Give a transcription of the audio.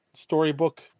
storybook